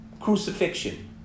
crucifixion